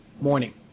Morning